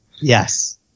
Yes